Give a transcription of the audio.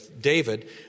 David